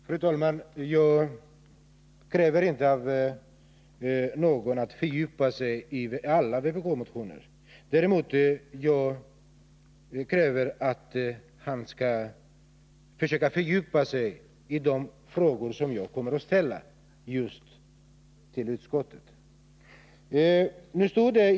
Fru talman! Jag kräver inte av någon att han skall fördjupa sig i alla vpk-motioner. Däremot kräver jag av utskottets talesman att han skall försöka fördjupa sig i de frågor som jag kommer att ställa till utskottet.